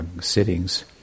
sittings